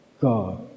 God